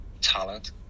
talent